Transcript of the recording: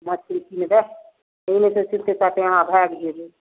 मछरी किनबै ई नहि जे चुपेचापे अहाँ भागि जेबै